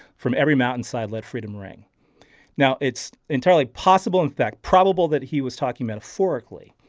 from every mountainside let freedom ring now, it's entirely possible, in fact, probable that he was talking metaphorically.